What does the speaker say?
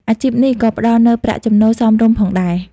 អាជីពនេះក៏ផ្ដល់នូវប្រាក់ចំណូលសមរម្យផងដែរ។